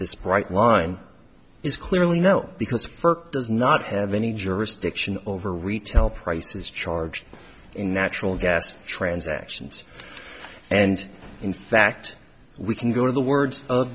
this bright line is clearly no because earth does not have any jurisdiction over retail prices charged in natural gas transactions and in fact we can go to the words of